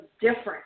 different